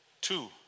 Two